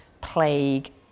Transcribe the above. plague